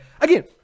again